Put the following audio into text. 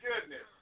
goodness